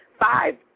five